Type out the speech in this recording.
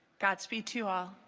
godspeed to all